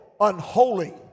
unholy